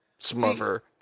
Smother